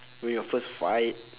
win your first fight